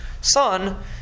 son